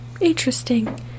interesting